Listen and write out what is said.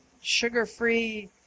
sugar-free